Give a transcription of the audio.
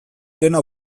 dena